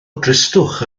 dristwch